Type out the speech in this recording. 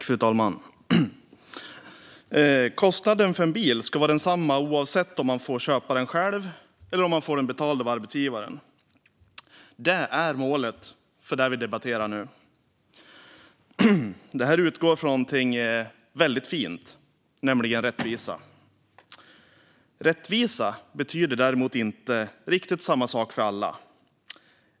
Fru talman! Kostnaden för en bil ska vara densamma oavsett om man köper den själv eller får den betald av arbetsgivaren. Det är målet för den förändring som vi nu debatterar. Det utgår från något väldigt fint, nämligen rättvisa. Rättvisa betyder däremot inte riktigt samma sak för alla.